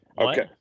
okay